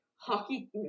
hockey